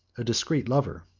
a discreet lover